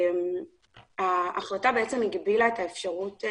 ההחלטה הגבילה את האפשרות.